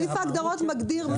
סעיף ההגדרות מגדיר מי הגורם.